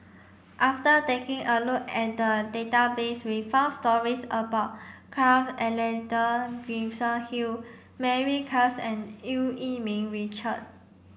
after taking a look at database we found stories about Carl Alexander Gibson Hill Mary Klass and Eu Yee Ming Richard